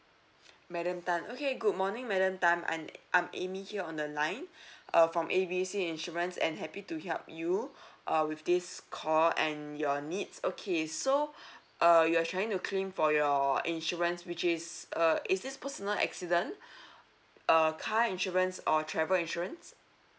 madam tan okay good morning madam tan I'm I'm amy here on the line uh from A B C insurance and happy to help you uh with this call and your needs okay so uh you are trying to claim for your insurance which is uh is this personal accident uh car insurance or travel insurance